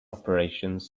operations